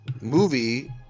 movie